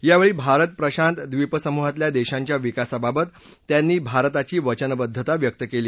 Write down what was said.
यावेळी भारत प्रशांत द्वीप समूहातल्या देशांच्या विकासाबाबत त्यांनी भारताची वचनबद्वता व्यक्त केली